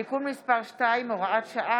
תיקון) (תיקון מס' 2) (הוראת שעה,